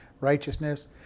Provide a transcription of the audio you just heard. righteousness